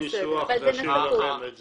אם זה עניין של ניסוח נשאיר לכם את זה.